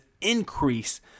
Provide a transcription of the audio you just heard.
increase